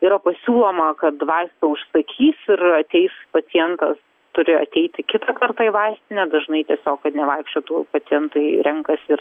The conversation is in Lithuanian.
yra pasiūloma kad vaistą užsakys ir ateis pacientas turi ateiti kitą kartą į vaistinę dažnai tiesiog kad nevaikščiotų pacientai renkasi ir